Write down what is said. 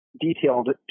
detailed